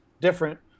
different